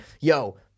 Yo